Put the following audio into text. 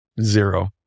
zero